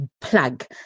plug